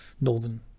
Northern